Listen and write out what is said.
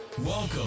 Welcome